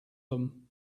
them